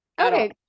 Okay